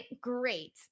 great